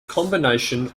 combination